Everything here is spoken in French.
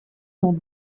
sont